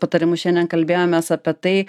patarimus šiandien kalbėjomės apie tai